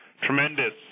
Tremendous